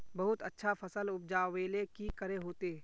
बहुत अच्छा फसल उपजावेले की करे होते?